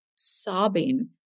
sobbing